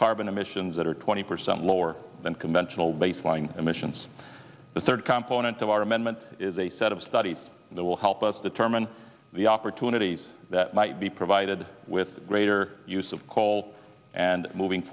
carbon emissions that are twenty percent lower than conventional baseline emissions the third component of our amendment is a set of studies that will help us determine the opportunities that might be provided with greater use of coal and moving